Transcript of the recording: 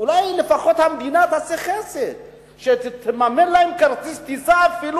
אולי לפחות המדינה תעשה חסד ותממן להם כרטיס טיסה,